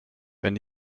wenn